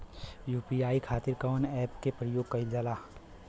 UPI खातीर कवन ऐपके प्रयोग कइलजाला?